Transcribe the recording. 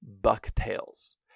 bucktails